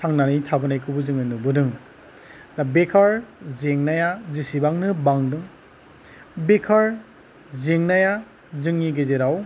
थांनानै थाबोनायखौबो जोङो नुबोदों दा बेकार जेंनाया जेसेबांनो बांदों बेकार जेंनाया जोंनि गेजेराव